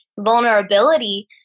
vulnerability